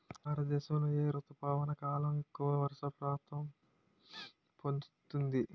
భారతదేశంలో ఏ రుతుపవన కాలం ఎక్కువ వర్షపాతం పొందుతుంది?